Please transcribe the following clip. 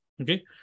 Okay